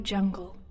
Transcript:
Jungle